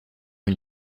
une